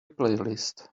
playlist